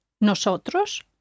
nosotros